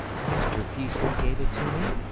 mr. peaslee gave it to me.